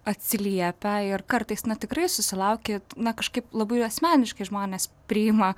atsiliepia ir kartais na tikrai susilauki na kažkaip labai asmeniškai žmonės priima